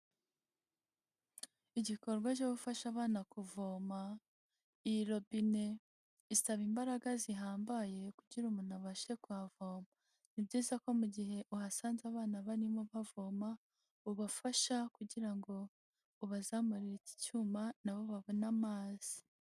Igikorwa cyo gufasha abana kuvoma, iyi robine isaba imbaraga zihambaye kugira umuntu abashe kuhavoma. Ni byiza ko mu gihe uhasanze abana barimo bavoma, ubafasha kugira ngo ubazamurire iki cyuma nabo babone amazi.